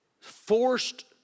forced